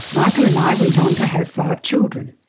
michael and i went on to have five children.